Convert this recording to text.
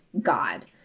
God